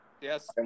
Yes